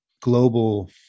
global